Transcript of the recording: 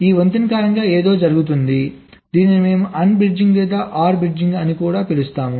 ఈ వంతెన కారణంగా ఏదో జరుగుతోంది దీనిని మేము AND బ్రిడ్జింగ్ లేదా OR బ్రిడ్జింగ్ అని పిలుస్తాము